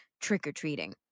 trick-or-treating